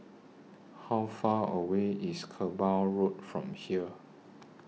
How Far away IS Kerbau Road from here